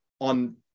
on